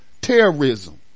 terrorism